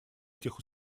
этих